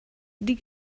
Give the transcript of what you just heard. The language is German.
die